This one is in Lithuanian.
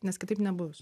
nes kitaip nebus